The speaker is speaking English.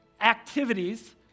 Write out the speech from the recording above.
activities